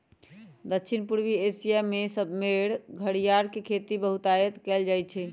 दक्षिण पूर्वी एशिया देश सभमें घरियार के खेती बहुतायत में कएल जाइ छइ